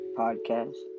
podcast